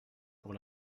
pour